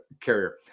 carrier